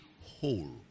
whole